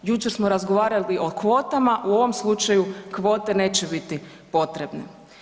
Jučer smo razgovarali o kvotama, u ovom slučaju, kvote neće biti potrebne.